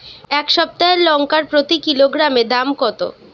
এই সপ্তাহের লঙ্কার প্রতি কিলোগ্রামে দাম কত?